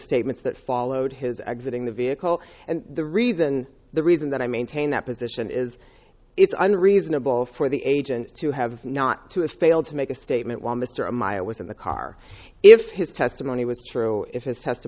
statements that followed his exiting the vehicle and the reason the reason that i maintain that position is it's unreasonable for the agent to have not to a failed to make a statement while mr maya was in the car if his testimony was true if